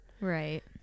Right